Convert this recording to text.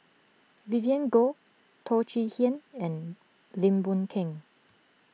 Vivien Goh Teo Chee Hean and Lim Boon Keng